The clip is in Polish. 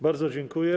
Bardzo dziękuję.